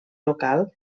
local